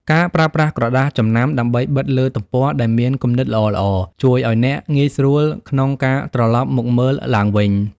ការប្រើប្រាស់ក្រដាសចំណាំ ដើម្បីបិទលើទំព័រដែលមានគំនិតល្អៗ ជួយឱ្យអ្នកងាយស្រួលក្នុងការត្រឡប់មកមើលឡើងវិញ។